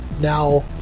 now